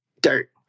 dirt